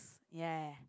ya